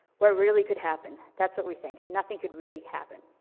what really could happen? that's what we think. nothing could really happen.